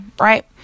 right